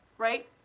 right